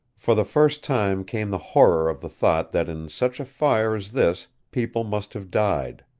for the first time came the horror of the thought that in such a fire as this people must have died.